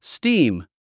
Steam